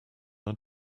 are